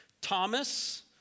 Thomas